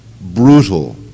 Brutal